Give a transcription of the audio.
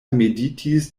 meditis